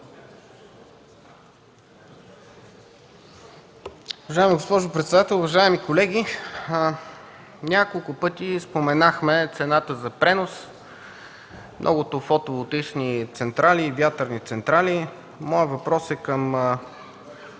Уважаема госпожо председател, уважаеми колеги! Няколко пъти споменахме цената за пренос, многото фотоволтаични и вятърни централи. Моят въпрос е може